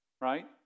right